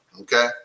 Okay